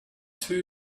two